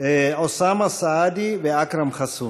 אוסאמה סעדי ואכרם חסון.